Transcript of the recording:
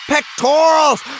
pectorals